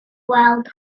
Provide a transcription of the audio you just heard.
weld